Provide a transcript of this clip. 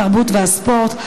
התרבות והספורט,